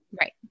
Right